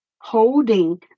holding